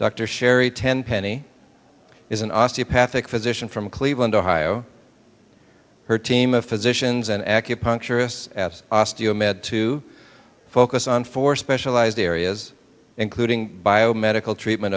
dr sherri tenpenny is an osteopathic physician from cleveland ohio her team of physicians and acupuncturists as osteo med to focus on four specialized areas including biomedical treatment